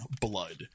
blood